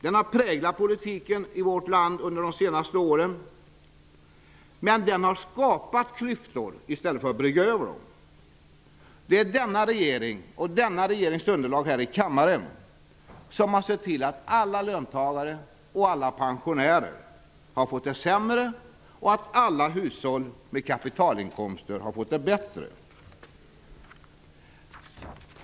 Den har präglat politiken i vårt land under de senaste åren. Men den har också skapat klyftor i stället för att brygga över klyftor. Det är denna regering och denna regerings underlag här i kammaren som har sett till att alla löntagare och alla pensionärer har fått det sämre och att alla hushåll med kapitalinkomster har fått det bättre.